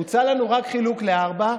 הוצע לנו רק חילוק ל-4,